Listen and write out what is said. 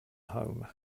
home